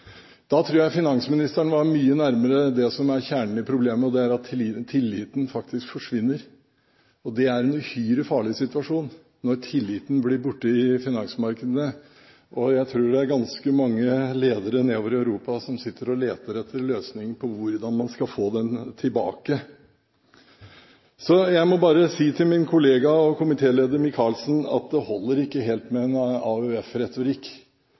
Da tror jeg finansministeren var mye nærmere det som er kjernen i problemet, og det er at tilliten faktisk forsvinner. Det er en uhyre farlig situasjon når tilliten blir borte i finansmarkedene. Jeg tror det er ganske mange ledere nedover i Europa som sitter og leter etter løsninger på hvordan man skal få den tilbake. Jeg må bare si til min kollega og komiteleder, Micaelsen, at det holder ikke helt med en